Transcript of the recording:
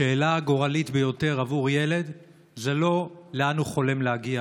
השאלה הגורלית ביותר עבור ילד היא לא לאן הוא חולם להגיע